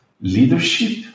leadership